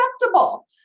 acceptable